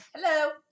hello